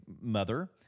mother